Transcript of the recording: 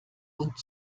und